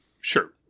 Sure